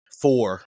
four